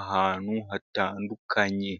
ahantu hatandukanye.